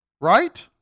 Right